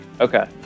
Okay